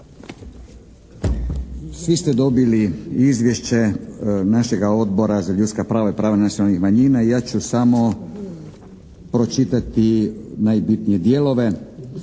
Svi ste dobili Izvješće našega Odbora za ljudska prava i prava nacionalnih manjina i ja ću samo pročitati najbitnije dijelove.